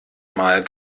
mal